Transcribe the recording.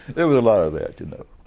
there was a lot of that, you know.